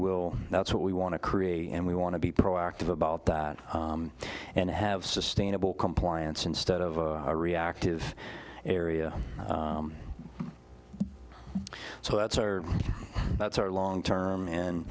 will that's what we want to create and we want to be proactive about that and have sustainable compliance instead of a reactive area so that's our that's our long term and